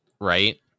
Right